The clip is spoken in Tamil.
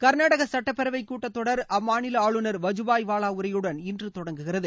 கர்நாடக சட்டப்பேரவை கூட்டத் தொடர் அம்மாநில ஆளுநர் வஜ்ஜுபாய் வாலா உரையுடன் இன்று தொடங்குகிறது